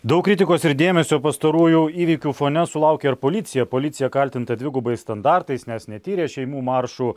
daug kritikos ir dėmesio pastarųjų įvykių fone sulaukė ir policija policija kaltinta dvigubais standartais nes netyrė šeimų maršų